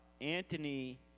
Anthony